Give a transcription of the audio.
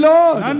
Lord